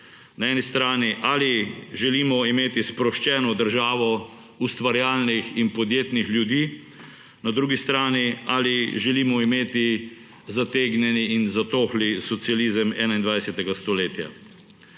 Na eni strani, ali želimo imeti sproščeno državo ustvarjalnih in podjetnih ljudi, na drugi strani, ali želimo imeti zategnjeni in zatohli socializem 21. stoletja.